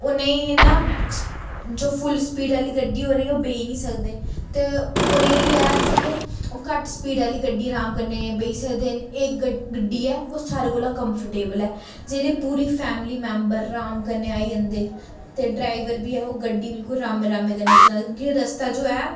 उनेंगी ना जो फुल स्पीड आह्ली गड्डी ओह्दे च ओह् बेही नि सकदे ते उ'नेंगी ऐ जो ओह् घट्ट स्पीड आह्ली गड्डी अराम कन्नै बेही सकदे न एह् गड्डी ऐ ओह् सारे कोला कम्फर्टेबल ऐ जेह्ड़ी पूरी फैमिली मेंबर अराम कन्नै आई जन्दे ते ड्राइवर बी ओह् गड्डी बिलकुल अरामै अरामै कन्नै चलदा क्योंकि रस्ता जो ऐ